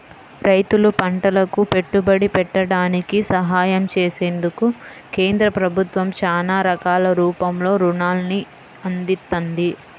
రైతులు పంటలకు పెట్టుబడి పెట్టడానికి సహాయం చేసేందుకు కేంద్ర ప్రభుత్వం చానా రకాల రూపంలో రుణాల్ని అందిత్తంది